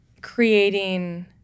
creating